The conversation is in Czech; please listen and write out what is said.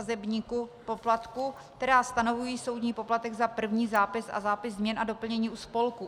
b) a d) sazebníku poplatku, která stanovují soudní poplatek za první zápis a zápis změn a doplnění u spolku.